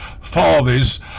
fathers